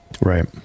Right